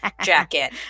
jacket